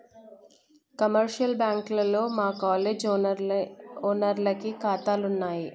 commercial బ్యాంకుల్లో మా కాలేజీ ఓనర్లకి కాతాలున్నయి